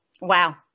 Wow